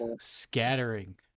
scattering